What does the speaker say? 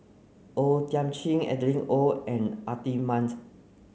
O Thiam Chin Adeline Ooi and Atin Amat